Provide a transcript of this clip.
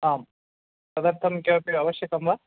आम् तदर्थं किमपि आवश्यकं वा